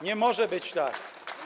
Nie może być tak.